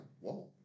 whoa